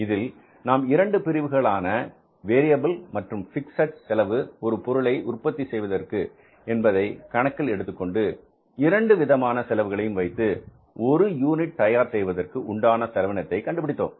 இதில் நாம் 2 பிரிவுகளான வேரியபில் மற்றும் பிக்ஸட் செலவு ஒரு பொருளை உற்பத்தி செய்வதற்கு என்பதை கணக்கில் எடுத்துக்கொண்டு இரண்டு விதமான செலவுகளையும் வைத்து ஒரு யூனிட் தயார் செய்வதற்கு உண்டான செலவினத்தை கண்டுபிடித்தோம்